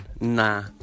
nah